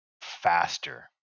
faster